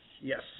Yes